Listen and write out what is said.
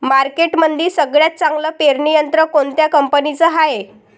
मार्केटमंदी सगळ्यात चांगलं पेरणी यंत्र कोनत्या कंपनीचं हाये?